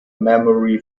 memory